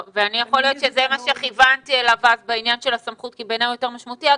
זה מה שכיוונתי אליו בעניין של הסמכות כי בעיניי הוא יותר משמעותי.